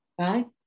right